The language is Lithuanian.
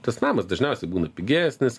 tas namas dažniausiai būna pigesnis